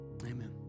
Amen